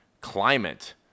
climate